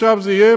עכשיו זה יהיה,